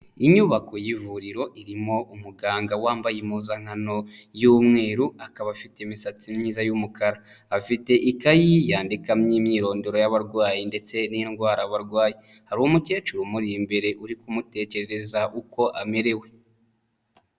Inyubako y'ivuriro irimo umuganga wambaye impuzankano y'umweru, akaba afite imisatsi myiza y'umukara. Afite ikayi yandikamo imyirondoro y'abarwayi ndetse n'indwara barwaye. Hari umukecuru umuri imbere uri kumutekerereza uko amerewe.